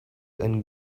and